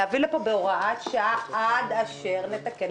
יש להביא לפה תיקון בהוראת שעה עד אשר נתקן